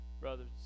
brothers